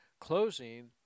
closing